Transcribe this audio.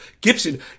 Gibson